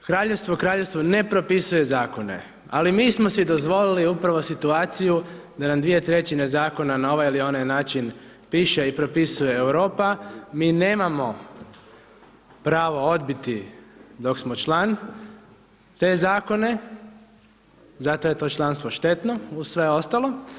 Kraljevstvo Kraljevstvu ne propisuje zakonu, ali mi smo si dozvolili upravo situaciju da nam 2/3 zakona na ovaj ili onaj način piše i propisuje Europa, mi nemamo pravo odbiti dok smo član te zakone, zato je to članstvo štetno uz sve ostalo.